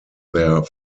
their